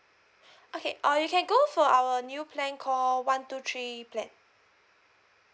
okay uh you can go for our new plan call one two three plan